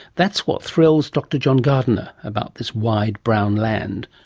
that's what thrills dr john gardiner about this wide brown land,